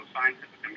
Scientific